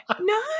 no